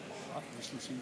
הציוני,